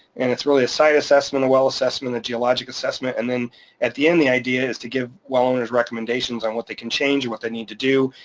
and it's really a site assessment, a well assessment, a geologic assessment. and then at the end, the idea is to give well owners recommendations on what they can change and what they need to do,